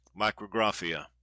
Micrographia